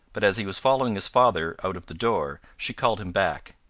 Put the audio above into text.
but as he was following his father out of the door, she called him back.